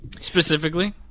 Specifically